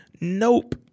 Nope